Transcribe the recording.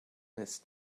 ist